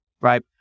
right